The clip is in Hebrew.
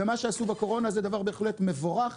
ומה שעשו בקורונה זה דבר בהחלט מבורך,